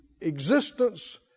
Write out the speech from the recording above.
existence